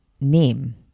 name